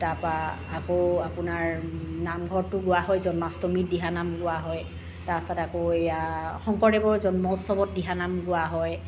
তাপা আকৌ আপোনাৰ নামঘৰতো গোৱা হয় জন্মাষ্টমীত দিহানাম গোৱা হয় তাৰপাছত আকৌ এয়া শংকৰদেৱৰ জন্মোৎসৱত দিহানাম গোৱা হয়